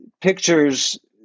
pictures